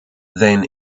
than